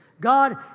God